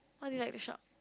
what do you like to shop